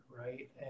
right